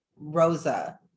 Rosa